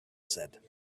said